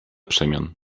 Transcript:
przemian